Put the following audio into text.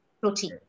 protein